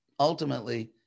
ultimately